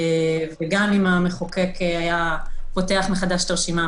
וגם אם המחוקק היה פותח מחדש את הרשימה,